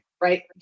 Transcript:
right